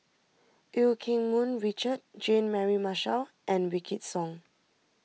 Eu Keng Mun Richard Jean Mary Marshall and Wykidd Song